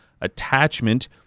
attachment